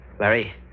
Larry